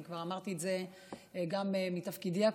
כבר אמרתי את זה גם בתפקידי הקודם,